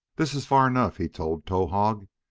this is far enough, he told towahg,